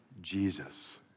Jesus